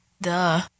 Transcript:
Duh